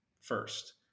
first